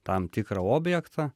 tam tikrą objektą